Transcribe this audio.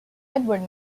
edward